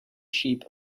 sheep